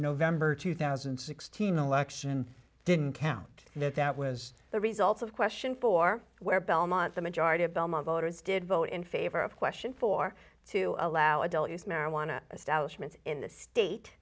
november two thousand and sixteen election didn't count that that was the result of question four where belmont the majority of belmont voters did vote in favor of question four to allow adult use marijuana establishment in the state